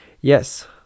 yes